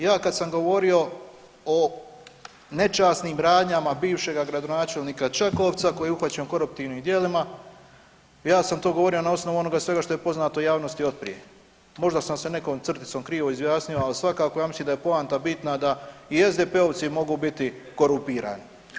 Ja kad sam govorio o nečasnim radnjama bivšega gradonačelnika Čakovca koji je uhvaćen u koruptivnim dijelima, ja sam to govorio na osnovu onoga svega što je poznato javnosti otprije, možda sam se nekom crticom krivo izjasnio, ali svakako ja mislim da je poanta bitna da i SDP-ovci mogu biti korumpirani.